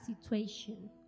situation